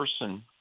person